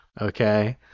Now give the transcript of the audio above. Okay